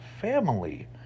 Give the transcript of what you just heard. Family